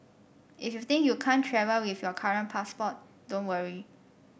if you think you can't travel with your current passport don't worry